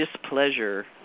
Displeasure